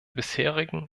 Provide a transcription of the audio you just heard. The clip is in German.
bisherigen